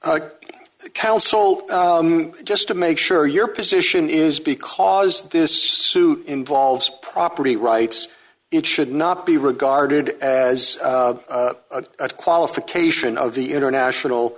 yet council just to make sure your position is because this suit involves property rights it should not be regarded as a qualification of the international